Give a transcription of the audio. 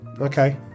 Okay